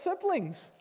siblings